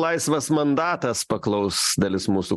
laisvas mandatas paklaus dalis mūsų